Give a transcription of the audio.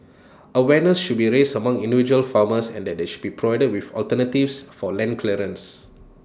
awareness should be raised among individual farmers and that they should be provided with alternatives for land clearance